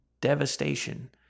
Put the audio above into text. devastation